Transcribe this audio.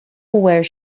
where